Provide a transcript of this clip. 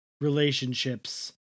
relationships